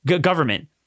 Government